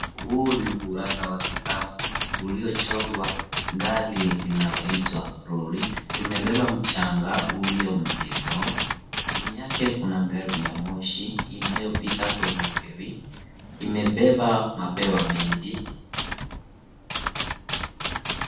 Huu ni ukurasa wa kitabu uliochorwa gari linaloitwa lori limebeba mchanga ulio mzito chini yake kuna gari ya moshi inayopita kwenye reli imebeba mabewa mengi.